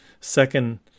Second